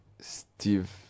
Steve